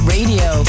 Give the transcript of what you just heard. Radio